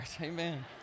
amen